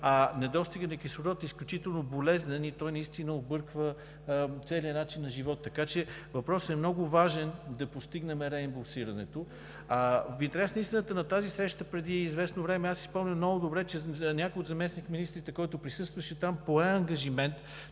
Недостигът на кислород е изключително болезнен и той наистина обърква целия начин на живот. Така че, въпросът е много важен да постигнем реимбурсирането. В интерес на истината, на тази среща преди известно време – аз си спомням много добре, че някой от заместник-министрите, който присъстваше там, пое ангажимент,